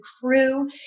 crew